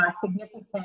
significant